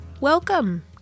welcome